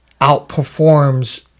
outperforms